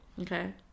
Okay